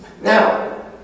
Now